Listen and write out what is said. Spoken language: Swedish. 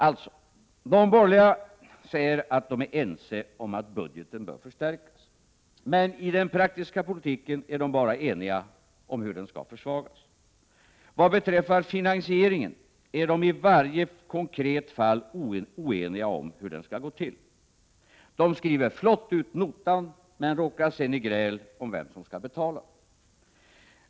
Alltså: De borgerliga är i ord ense om att budgeten bör förstärkas. Men när det kommer till den praktiska politiken är de bara eniga om att budgeten skall försvagas genom skattesänkningar. Om finansieringen är de i varje konkret fall oeniga om hur den skall gå till. De skriver flott ut notan — men råkar sedan i gräl om vem som skall betala.